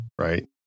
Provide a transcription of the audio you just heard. right